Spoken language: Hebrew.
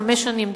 בחמש שנים,